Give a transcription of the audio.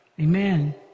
Amen